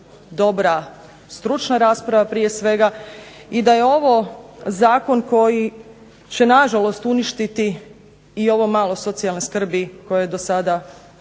dobra stručna rasprava prije svega. I da je ovo zakon koji će na žalost uništiti i ovo malo socijalne skrbi koje je do sada kako